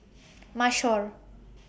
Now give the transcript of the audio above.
Mashor